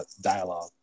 dialogue